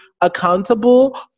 accountable